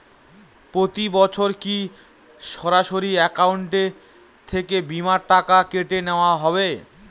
প্রতি বছর কি সরাসরি অ্যাকাউন্ট থেকে বীমার টাকা কেটে নেওয়া হবে?